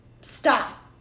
stop